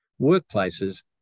workplaces